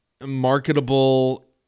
marketable